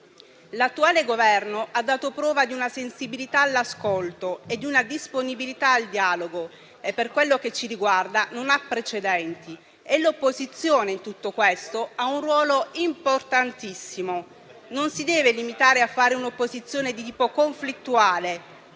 L'attuale Governo ha dato prova di sensibilità all'ascolto e disponibilità al dialogo, e per quello che ci riguarda non ha precedenti. L'opposizione in tutto questo ha un ruolo importantissimo: non si deve limitare a fare un'opposizione di tipo conflittuale,